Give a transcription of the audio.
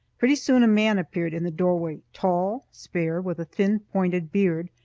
pretty soon a man appeared in the doorway, tall, spare, with a thin, pointed beard,